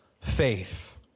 faith